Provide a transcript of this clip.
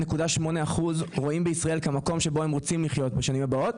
92.8% רואים בישראל מקום שבו הם רוצים לחיות בשנים הבאות,